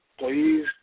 please